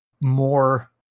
more